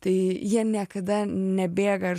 tai jie niekada nebėga ir